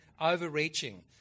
overreaching